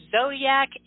zodiac